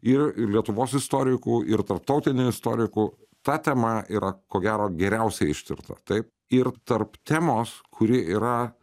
ir ir lietuvos istorikų ir tarptautinių istorikų ta tema yra ko gero geriausiai ištirta taip ir tarp temos kuri yra